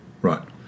Right